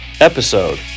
episode